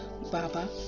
Baba